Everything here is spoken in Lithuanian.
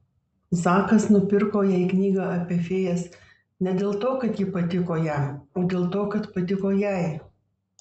zakas nupirko jai knygą apie fėjas ne dėl to kad ji patiko jam o dėl to kad patiko jai